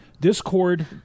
Discord